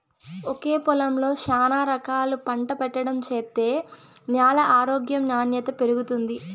ఒకే పొలంలో శానా రకాలు పంట పెట్టడం చేత్తే న్యాల ఆరోగ్యం నాణ్యత పెరుగుతుంది